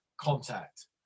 contact